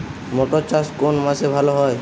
মটর চাষ কোন মাসে ভালো হয়?